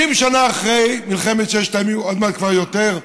50 שנה אחרי מלחמת ששת הימים, עוד מעט כבר יותר,